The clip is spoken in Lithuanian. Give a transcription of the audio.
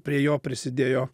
prie jo prisidėjo